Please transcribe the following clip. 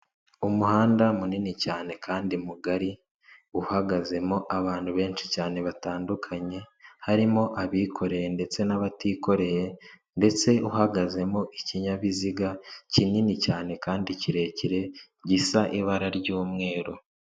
Umuhanda munini cyane kandi mugari uhagazemo abantu benshi cyane batandukanye, harimo abikoreye ndetse n'abatikoreye ndetse uhagazemo ikinyabiziga kinini cyane kandi kirekire, gisa ibara ry'umweru.